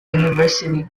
university